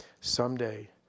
someday